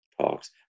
talks